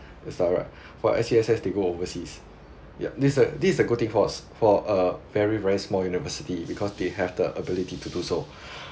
is that right for S_C_S_S they go overseas yup this a this a good thing for us for a very very small university because they have the ability to do so